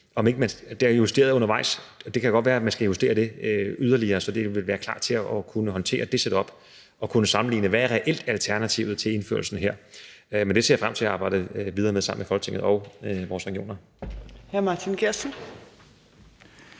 er justeret undervejs – skal justeres yderligere, så det ville kunne være klar til at kunne håndtere det setup og kunne sammenligne, hvad der reelt er alternativet til at indføre det her. Men det ser jeg frem til at arbejde videre med sammen med Folketinget og vores regioner.